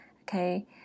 okay